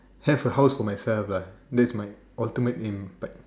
have a house for myself lah that's my ultimate aim but